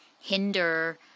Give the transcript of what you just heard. hinder